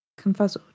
confuzzled